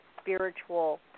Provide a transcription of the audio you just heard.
spiritual